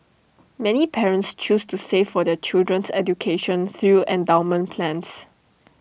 many parents choose to save for their children's education through endowment plans